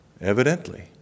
Evidently